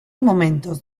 momentos